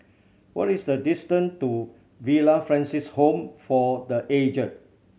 what is the distant to Villa Francis Home for The Aged